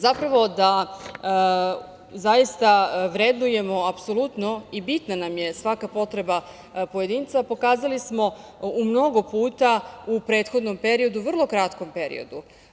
Zapravo da zaista vrednujemo apsolutno i bitna nam je svaka potreba pojedinca pokazali smo mnogo puta u prethodnom periodu, vrlo kratkom periodu.